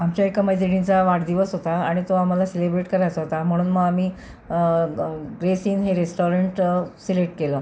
आमच्या एका मैत्रिणीचा वाढदिवस होता आणि तो आम्हाला सेलिब्रेट करायचा होता म्हणून मग आम्ही ब ब्रेस इन हे रेस्टॉरंट सिलेक्ट केलं